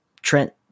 trent